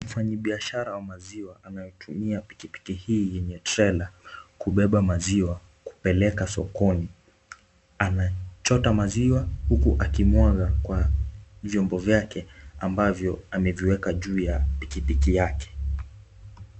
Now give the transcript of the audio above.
Mfanyibiashara wa maziwa ametumia pikipiki hii yenye trela kubeba maziwa kupeleka sokoni. Anachota maziwa huku akimwaga kwa vyombo vyake ambavyo ameviweka juu ya pikipiki yake.